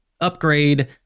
upgrade